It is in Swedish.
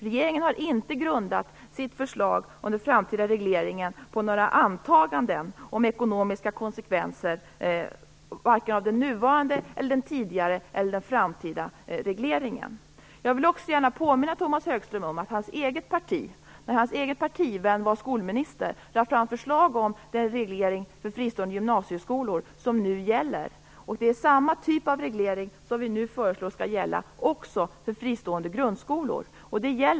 Regeringen har inte grundat sitt förslag om den framtida regleringen på några antaganden om ekonomiska konsekvenser, vare sig av den nuvarande, den tidigare eller den framtida regleringen. Jag vill gärna påminna Tomas Högström om att hans eget parti, när hans egen partivän var skolminister, lade fram förslag om den reglering för fristående gymnasieskolor som nu gäller. Det är samma typ av reglering som vi nu föreslår skall gälla också för fristående grundskolor.